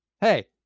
Hey